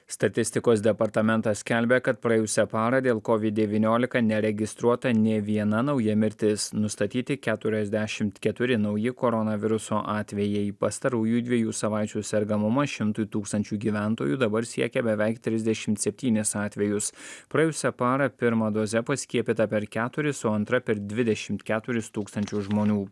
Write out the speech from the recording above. statistikos departamentas skelbia kad praėjusią parą dėl kovid devyniolika neregistruota nė viena nauja mirtis nustatyti keturiasdešimt keturi nauji koronaviruso atvejai pastarųjų dviejų savaičių sergamumas šimtui tūkstančių gyventojų dabar siekia beveik trisdešimt septynis atvejus praėjusią parą pirma doze paskiepyta per keturis o antra per dvidešimt keturis tūkstančius žmonių